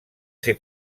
ser